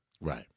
right